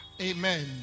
Amen